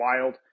wild